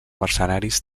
mercenaris